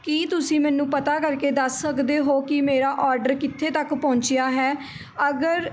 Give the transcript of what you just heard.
ਕੀ ਤੁਸੀਂ ਮੈਨੂੰ ਪਤਾ ਕਰਕੇ ਦੱਸ ਸਕਦੇ ਹੋ ਕਿ ਮੇਰਾ ਔਡਰ ਕਿੱਥੇ ਤੱਕ ਪਹੁੰਚਿਆ ਹੈ ਅਗਰ